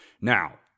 Now